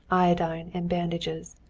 iodine and bandages.